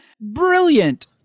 brilliant